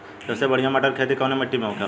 सबसे बढ़ियां मटर की खेती कवन मिट्टी में होखेला?